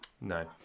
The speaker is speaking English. No